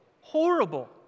Horrible